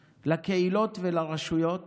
לקהילות, לרשויות